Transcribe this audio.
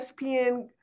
ESPN